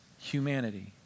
humanity